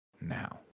now